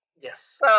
Yes